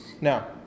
Now